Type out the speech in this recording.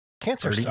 Cancer